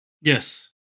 Yes